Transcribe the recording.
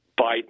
Biden